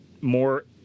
more